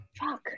Fuck